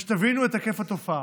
ושתבינו את היקף התופעה.